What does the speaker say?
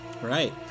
Right